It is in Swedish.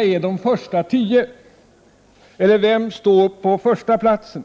är de första tio på listan? Vem står på första platsen?